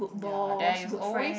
ya there is always